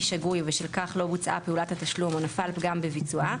שגוי ובשל כך לא בוצעה פעולת התשלום או נפל פגם בביצועה,